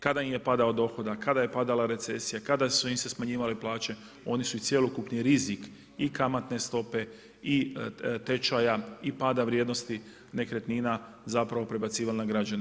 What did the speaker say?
Kada im je padao dohodak, kada je padala recesija, kada su im se smanjivale plaće oni su i cjelokupni rizik i kamatne stope i tečaja i pada vrijednosti nekretnina zapravo prebacivali na građane.